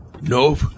Nope